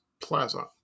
Plaza